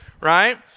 right